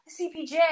CPJ